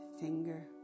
finger